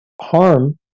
harm